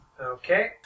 Okay